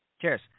Cheers